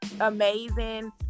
amazing